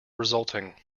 resulting